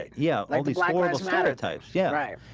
yeah like words matter types yeah, right.